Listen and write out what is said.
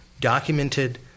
documented